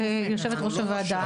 יושבת ראש הוועדה,